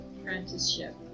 Apprenticeship